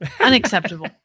Unacceptable